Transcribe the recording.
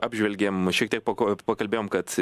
apžvelgėm šiek tiek poko pakalbėjom kad